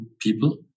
people